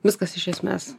viskas iš esmės